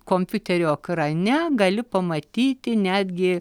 kompiuterio ekrane gali pamatyti netgi